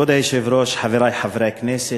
כבוד היושב-ראש, חברי חברי הכנסת,